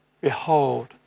Behold